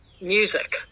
music